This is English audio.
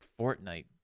Fortnite